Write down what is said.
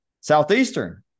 Southeastern